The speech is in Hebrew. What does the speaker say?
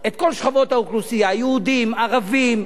את כל שכבות האוכלוסייה: יהודים, ערבים,